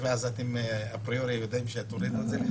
ואז אתם אפריורי יודעים שתורידו את זה?